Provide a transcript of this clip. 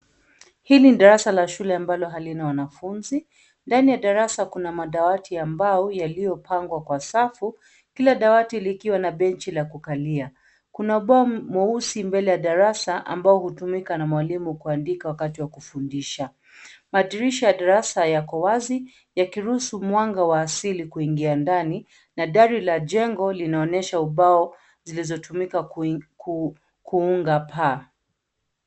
Hili darasa la shule ambalo halina wanafunzi. Ndani ya darasa kuna madawati ya mbao yaliyopangwa kwa safu. Kila dawati likiwa na benchi la kukalia, kuna ubao mweusi mbele ya darasa ambao hutumika na mwalimu kuandika wakati wa kufundisha. Madirisha ya darasa yako wazi yakiruhusu mwanga wa asili kuingia ndani na dari la jengo linaonyesha ubao zilizotumika kuunga paa.